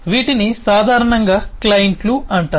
వీటిని సాధారణంగా క్లయింట్లు అంటారు